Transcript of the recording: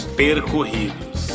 percorridos